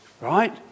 Right